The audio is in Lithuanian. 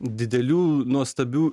didelių nuostabių